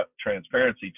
transparency